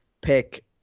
pick